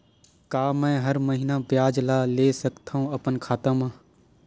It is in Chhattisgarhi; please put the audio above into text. का मैं हर महीना ब्याज ला ले सकथव अपन खाता मा?